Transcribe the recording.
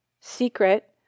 secret